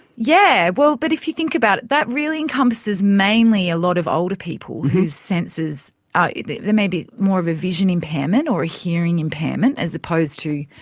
yeah, well, but if you think about it, that really encompasses mainly a lot of older people whose senses are, there may be more of a vision impairment or a hearing impairment as opposed to,